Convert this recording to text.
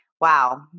Wow